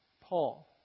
Paul